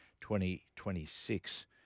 2026